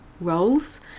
roles